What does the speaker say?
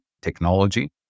technology